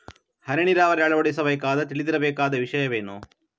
ಹನಿ ನೀರಾವರಿ ಅಳವಡಿಸುವಾಗ ತಿಳಿದಿರಬೇಕಾದ ವಿಷಯವೇನು?